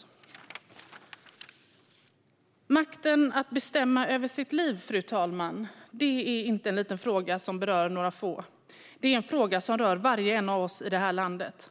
Fru talman! Makten att bestämma över sitt liv är inte en liten fråga som berör några få. Det är en fråga som berör var och en av oss i det här landet.